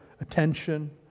attention